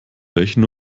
welchen